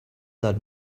that